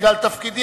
בגלל תפקידי,